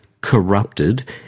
corrupted